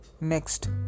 Next